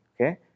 Okay